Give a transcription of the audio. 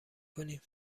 کنیم